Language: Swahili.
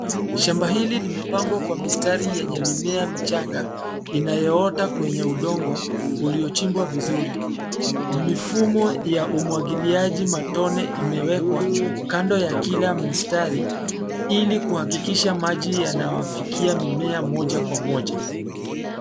Shamba hili limepangwa kwa mistari yenye mimea michanga inayoota kwenye udongo uliochimbwa vizuri. Mifumo ya umwagiliaji matone imewekwa kando ya kila mstari, ili kuhakikisha maji yanawafikia mimea mmoja kwa mmoja.